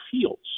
fields